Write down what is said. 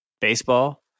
Baseball